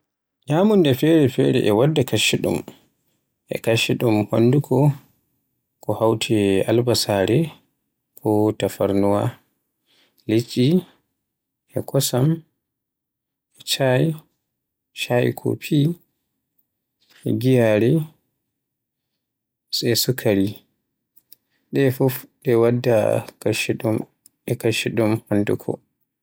Ñyamunda fere-fere e wadda kaccuɗum e kaccuɗum honduuko, ko hawti e albasare, ko tafarnuwa, e liɗɗi, e kosam, e caay, e caay kopi, giyaare, e sukaari. Ɗe fuf ɗe wadda kaccuɗum e kaccuɗum honduko.